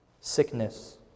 sickness